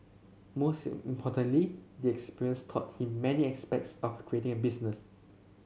most importantly the experience taught him many aspects of creating a business